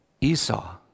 Esau